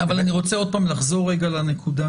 אבל אני רוצה לחזור רגע לנקודה.